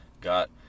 got